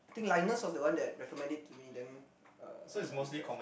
I think Lynas was the one that recommend it to me then uh I haven't tried